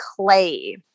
Clay